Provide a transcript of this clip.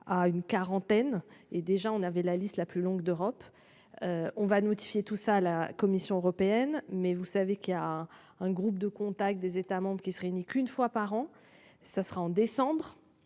à une quarantaine et déjà on avait la liste la plus longue d'Europe. On va notifier tout ça. La Commission européenne. Mais vous savez qu'il y a un groupe de contact des États qui se réunit qu'une fois par an ça sera en décembre